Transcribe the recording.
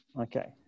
Okay